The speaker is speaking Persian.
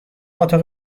اتاقی